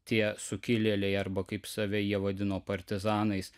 tie sukilėliai arba kaip save jie vadino partizanais